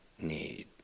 need